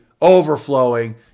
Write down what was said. overflowing